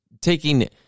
taking